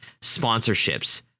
sponsorships